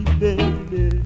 baby